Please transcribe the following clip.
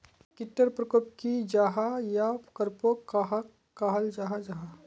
कीट टर परकोप की जाहा या परकोप कहाक कहाल जाहा जाहा?